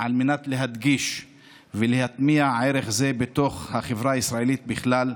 על מנת להדגיש ולהטמיע ערך זה בתוך החברה הישראלית בכלל,